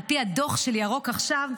על פי הדוח של "ירוק עכשיו",